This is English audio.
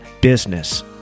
business